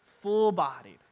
full-bodied